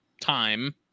time